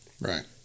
Right